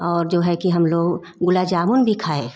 और जो है कि हम लोग गुलाब जामुन भी खाए